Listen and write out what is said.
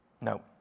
No